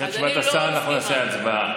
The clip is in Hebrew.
אחרי תשובת השר אנחנו נעשה הצבעה.